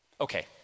Okay